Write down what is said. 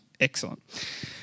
Excellent